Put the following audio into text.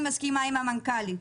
אני מסכימה עם המנכ"לית,